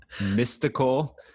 mystical